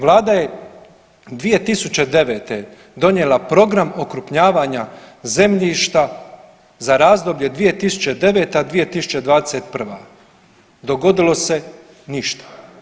Vlada je 2009. donijela program okrupnjavanja zemljišta za razdoblje 2009.-2021., dogodilo se ništa.